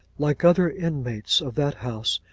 like other inmates of that house,